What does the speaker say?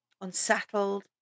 Unsettled